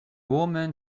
woman